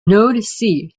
node